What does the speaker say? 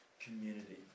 community